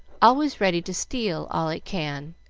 always ready to steal all it can.